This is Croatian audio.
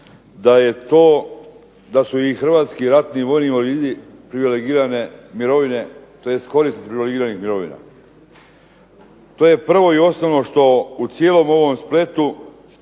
invalidi privilegirane mirovine, tj. korisnici privilegiranih mirovina. To je prvo i osnovno što u cijelom ovom spletu